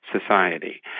society